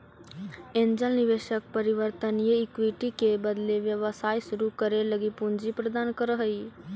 angel निवेशक परिवर्तनीय equity के बदले व्यवसाय शुरू करे लगी पूंजी प्रदान करऽ हइ